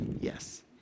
Yes